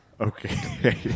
Okay